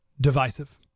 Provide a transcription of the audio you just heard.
divisive